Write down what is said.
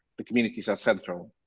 the communities are central?